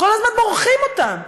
כל הזמן מורחים אותם,